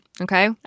okay